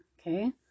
Okay